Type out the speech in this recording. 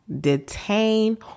detain